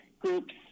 groups